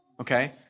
okay